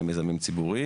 מיזמים ציבוריים.